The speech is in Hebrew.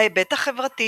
ההיבט החברתי